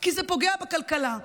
כי זה פוגע בכלכלה.